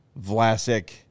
Vlasic